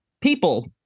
People